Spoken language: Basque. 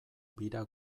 bira